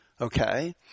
okay